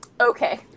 okay